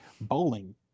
bowling